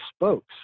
spokes